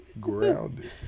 Grounded